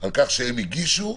על כך שהם הגישו.